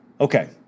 Okay